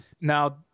now